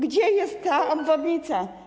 Gdzie jest ta obwodnica?